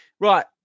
right